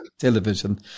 television